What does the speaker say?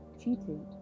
cheating